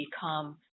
become